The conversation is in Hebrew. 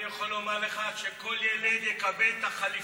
אני יכול לומר לך שכל ילד יקבל את החליפה שמתאימה לו.